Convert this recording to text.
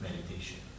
meditation